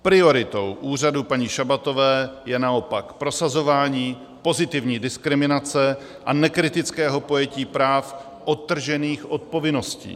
Prioritou úřadu paní Šabatové je naopak prosazování pozitivní diskriminace a nekritického pojetí práv odtržených od povinností.